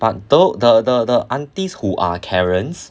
but tho~ the the the aunties who are karens